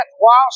whilst